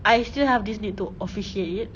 I still have this need to officiate it